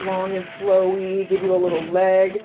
long and flowy give you a little leg.